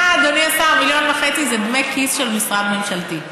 אדוני השר, 1.5 מיליון זה דמי כיס של משרד ממשלתי.